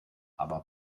aber